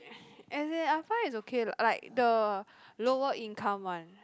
as in I find it's okay like the lower income [one]